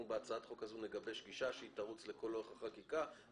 אנחנו בהצעת החוק הזאת נגבש גישה שתרוץ לאורך כל החקיקה.